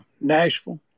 Nashville